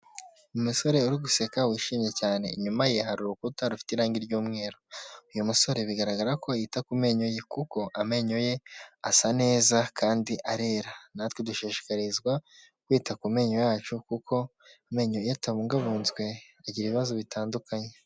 Umusore uri guseka wishimye cyane, inyuma ye hari urukuta rufite irangi ry'umweru. Uyu musore bigaragara ko yita ku menyo ye kuko amenyo ye asa neza kandi arera. Natwe dushishikarizwa kwita kumenenyo yacu kuko amenenyo iyo atabungabunzwe agira ibibazo bitandukanye.